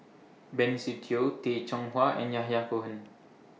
Benny Se Teo Tay Chong Hai and Yahya Cohen